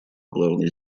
главной